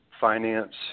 finance